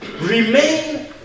remain